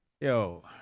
Yo